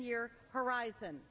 year horizon